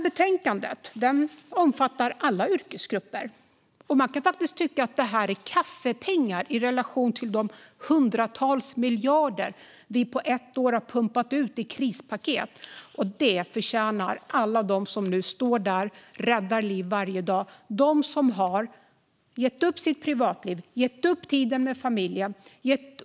Betänkandet omfattar alla yrkesgrupper. Man kan faktiskt tycka att det här är kaffepengar i relation till de hundratals miljarder vi på ett år har pumpat ut i krispaket. Det här förtjänar alla de som står där och räddar liv varje dag, de som har gett upp sitt privatliv och gett upp tiden med familjen.